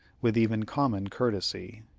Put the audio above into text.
with even common courtesy.